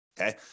okay